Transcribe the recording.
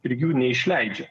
ir jų neišleidžia